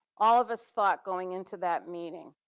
all of us thought going into that meeting,